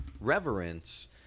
reverence